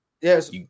Yes